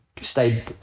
stay